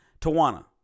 Tawana